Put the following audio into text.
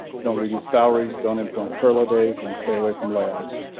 don't reduce salaries. don't employ furlough days and stay away from layoffs.